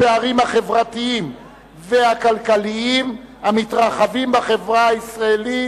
הפערים החברתיים והכלכליים המתרחבים בחברה הישראלית.